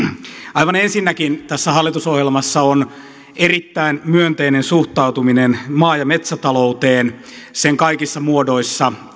aivan ensinnäkin tässä hallitusohjelmassa on erittäin myönteinen suhtautuminen maa ja metsätalouteen sen kaikissa muodoissaan